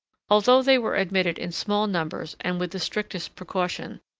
although they were admitted in small numbers and with the strictest precaution,